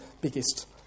biggest